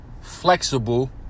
flexible